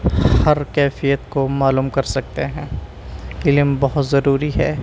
ہر کیفیت کو معلوم کر سکتے ہیں علم بہت ضروری ہے